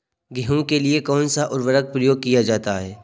गेहूँ के लिए कौनसा उर्वरक प्रयोग किया जाता है?